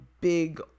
big